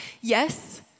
Yes